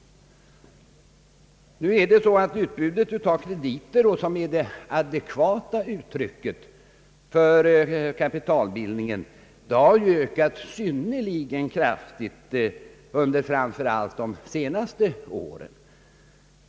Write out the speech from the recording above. Utbudet av krediter, som är det adekvata uttrycket för kapitalbildningen, har ju ökat synnerligen kraftigt under framför allt de senaste åren.